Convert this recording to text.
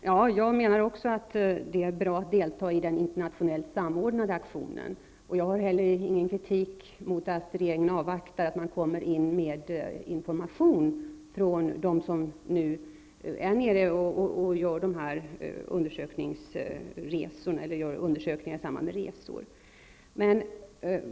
Fru talman! Även jag menar att det är bra att delta i den internationellt samordnade aktionen, och jag har heller ingen kritik mot att regeringen avvaktar information från dem som nu är där nere och gör undersökningar i samband med resor.